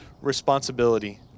responsibility